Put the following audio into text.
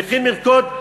צריכים לרקוד,